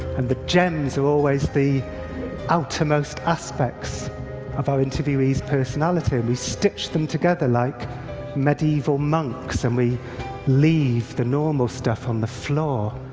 and the gems are always the outermost aspects of our interviewee's personality. and we stitch them together like medieval monks, and we leave the normal stuff on the floor.